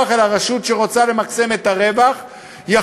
שאמורה למקסם את רווחיה,